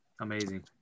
Amazing